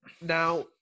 Now